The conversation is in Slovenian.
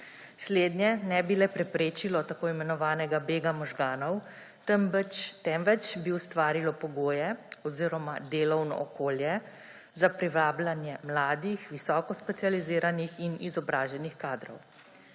Slednje ne bi le preprečilo tako imenovanega bega možganov, temveč bi ustvarilo pogoje oziroma delovno okolje za privabljanje mladih, visoko specializiranih in izobraženih kadrov.